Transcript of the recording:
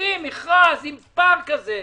מוציאים מכרז עם פער כזה,